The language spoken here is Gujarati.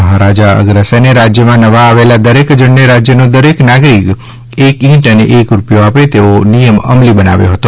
મહારાજા અગ્રસેને રાજ્યમાં નવા આવેલા દરેક જણને રાજ્યનો દરેક નાગરિક એક ઇટ અને એક રૂપિયો આપે તેવો નિયમ અમલી બનાવ્યો હતો